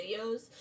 videos